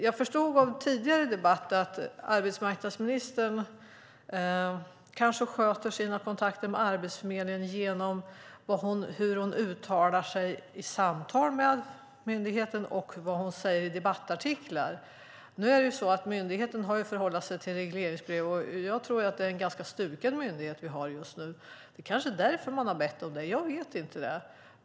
Jag förstod av tidigare debatt att arbetsmarknadsministern kanske sköter sina kontakter med Arbetsförmedlingen genom uttalanden i samtal med myndigheten och i debattartiklar. Myndigheten har ju att förhålla sig till regleringsbrev. Jag tror att det är en ganska stukad myndighet vi har just nu. Det är kanske därför man har bett om detta, jag vet inte det.